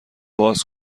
باز